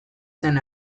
zen